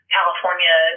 California